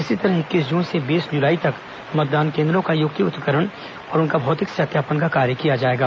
इसी तरह इक्कीस जून से बीस जुलाई तक मतदान केन्द्रों का युक्तियुक्तकरण और उनका भौतिक सत्यापन का कार्य किया जाएगा